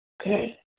Okay